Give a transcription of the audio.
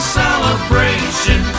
celebration